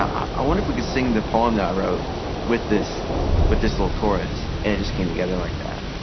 i wonder if we could sing the poem that i wrote with this with this little chorus. and it just came together like that.